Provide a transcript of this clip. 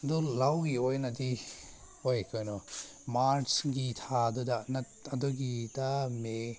ꯑꯗꯨ ꯂꯧꯒꯤ ꯑꯣꯏꯅꯗꯤ ꯍꯣꯏ ꯀꯩꯅꯣ ꯃꯥꯔꯁꯀꯤ ꯊꯥꯗꯨꯗ ꯑꯗꯨꯒꯤꯗ ꯃꯦ